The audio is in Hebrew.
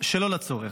שלא לצורך,